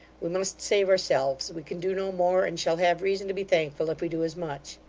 we must save ourselves. we can do no more, and shall have reason to be thankful if we do as much